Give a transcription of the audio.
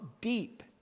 deep